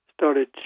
started